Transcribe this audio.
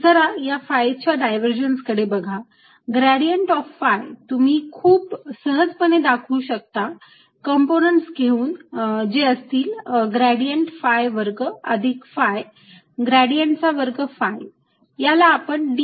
जरा या phi च्या डायव्हरजन्स कडे बघा ग्रेडियंट ऑफ phi तुम्ही खूप सहजपणे दाखवू शकता कंपोनेंट्स घेऊन जे असतील ग्रेडियंट phi वर्ग अधिक phi ग्रेडियंट चा वर्ग phi